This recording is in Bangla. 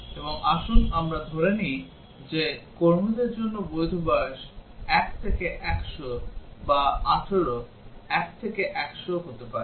এবং আসুন আমরা ধরে নিই যে কর্মীদের জন্য বৈধ বয়স 1 থেকে 100 বা 18 1 থেকে 100 হতে পারে